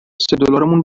دلارمون